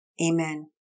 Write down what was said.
Amen